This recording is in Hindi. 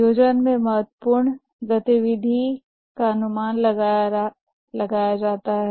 नियोजन में महत्वपूर्ण गतिविधि अनुमान लगाना है